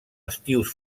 estius